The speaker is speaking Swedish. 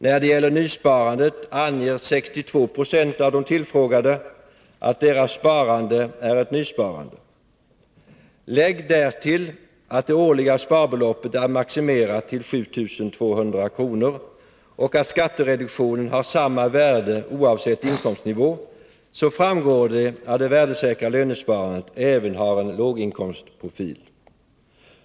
När det gäller nysparandet anger 62 90 av de tillfrågade att deras sparande är ett nysparande. Lägg därtill att det årliga sparbeloppet är maximerat till 7 200 kr. och att skattereduktionen har samma värde oavsett inkomstnivå, så framgår det att det värdesäkra lönesparandet även har en låginkomstprofil.